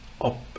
up